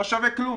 לא שווה כלום.